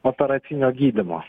operacinio gydymo